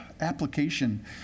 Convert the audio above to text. application